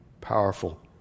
Powerful